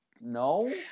No